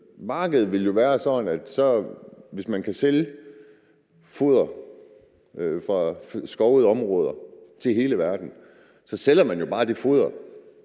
markedet være sådan, at hvis man kan sælge foder fra afskovede områder til hele verden, så sælger man jo bare det foder